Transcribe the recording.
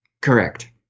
Correct